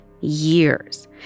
years